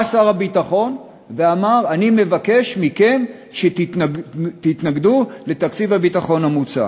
בא שר הביטחון ואמר: אני מבקש מכם שתתנגדו לתקציב הביטחון המוצע.